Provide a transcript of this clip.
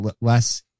less